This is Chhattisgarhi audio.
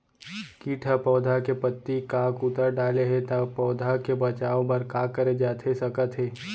किट ह पौधा के पत्ती का कुतर डाले हे ता पौधा के बचाओ बर का करे जाथे सकत हे?